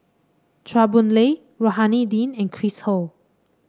Chua Boon Lay Rohani Din and Chris Ho